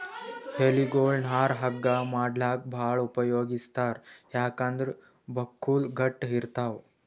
ಎಲಿಗೊಳ್ ನಾರ್ ಹಗ್ಗಾ ಮಾಡ್ಲಾಕ್ಕ್ ಭಾಳ್ ಉಪಯೋಗಿಸ್ತಾರ್ ಯಾಕಂದ್ರ್ ಬಕ್ಕುಳ್ ಗಟ್ಟ್ ಇರ್ತವ್